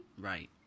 Right